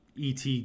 et